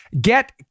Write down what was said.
Get